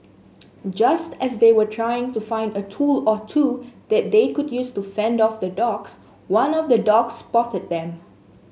just as they were trying to find a tool or two that they could use to fend off the dogs one of the dogs spotted them